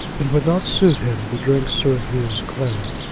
it would not suit him to drink sir hugh's claret,